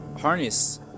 harness